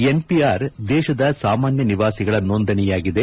NPR ದೇಶದ ಸಾಮಾನ್ಯ ನಿವಾಸಿಗಳ ನೋಂದಣೆಯಾಗಿದೆ